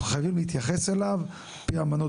אנחנו חייבים להתייחס אליו על פי אמנות